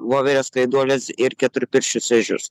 voveres skraiduoles ir keturpirščius ežius